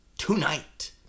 Tonight